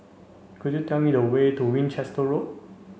could you tell me the way to Winchester Road